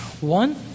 One